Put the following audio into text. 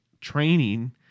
training